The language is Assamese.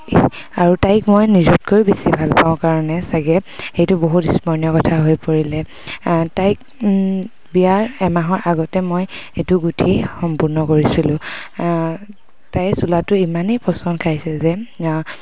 আৰু তাইক মই নিজতকৈ বেছি ভাল পাওঁ কাৰণে চাগে সেইটো বহুত স্মৰণীয় কথা হৈ পৰিলে তাইক বিয়াৰ এমাহৰ আগতে মই এইটো গুঠি সম্পূৰ্ণ কৰিছিলোঁ তাই চোলাটো ইমানেই পচন্দ খাইছিল যে